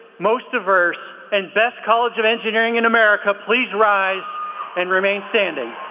most diverse and best college of engineering in america, please rise and remain standing.